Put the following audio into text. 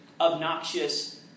obnoxious